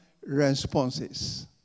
responses